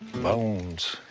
bones.